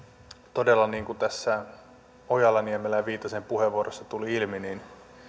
todella niin kuin tässä ojala niemelän ja viitasen puheenvuoroissa tuli ilmi